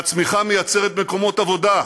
והצמיחה מייצרת מקומות עבודה,